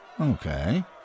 Okay